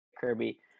Kirby